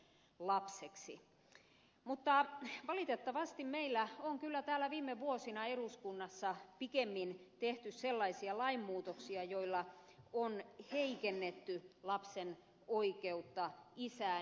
mutta valitettavasti meillä on kyllä viime vuosina täällä eduskunnassa pikemmin tehty sellaisia lainmuutoksia joilla on heikennetty lapsen oikeutta isään